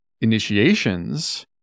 initiations